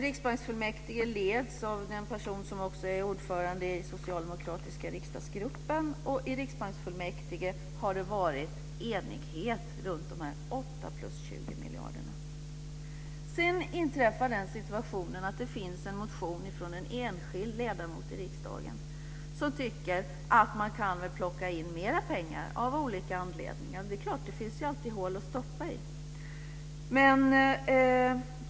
Riksbanksfullmäktige leds av den person som också är ordförande i den socialdemokratiska riksdagsgruppen, och i riksbanksfullmäktige har det varit enighet kring dessa Sedan inträffar den situationen att det har väckts en motion från en enskild ledamot i riksdagen som tycker att man väl kan plocka in mera pengar av olika anledningar. Och det är klart att det alltid finns hål att stoppa i.